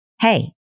Hey